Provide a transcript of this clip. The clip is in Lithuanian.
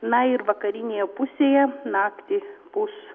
na ir vakarinėje pusėje naktį pūs